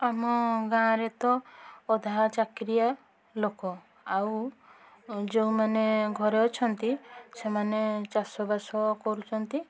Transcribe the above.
ଆମ ଗାଁଆରେ ତ ଅଧା ଚାକିରିଆ ଲୋକ ଆଉ ଯେଉଁମାନେ ଘରେ ଅଛନ୍ତି ସେମାନେ ଚାଷବାସ କରୁଛନ୍ତି